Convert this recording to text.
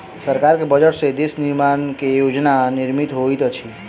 सरकार के बजट से देश निर्माण के योजना निर्मित होइत अछि